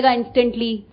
instantly